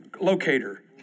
locator